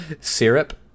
Syrup